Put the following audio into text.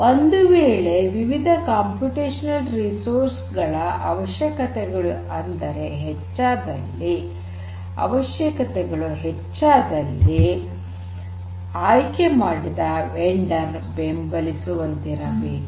ಒಂದು ವೇಳೆ ವಿವಿಧ ಕಂಪ್ಯೂಟೇಷನಲ್ ರಿಸೋರ್ಸ್ ಗಳ ಅವಶ್ಯಕತೆಗಳು ಹೆಚ್ಚಾದಲ್ಲಿ ಆಯ್ಕೆ ಮಾಡಿದ ವೆಂಡರ್ ಬೆಂಬಲಿಸುವಂತಿರಬೇಕು